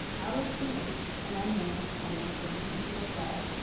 hours too late, a young man, not even thirty, entered their cell.